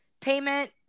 payment